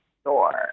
store